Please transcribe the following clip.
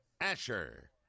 Asher